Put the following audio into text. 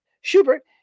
Schubert